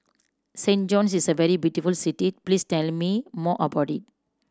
Saint John's is a very beautiful city please tell me more about it